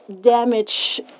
damage